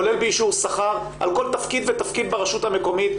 כולל באישור שכר על כל תפקיד ותפקיד ברשות המקומית,